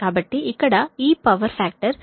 కాబట్టి ఇక్కడ ఈ పవర్ ఫాక్టర్ 0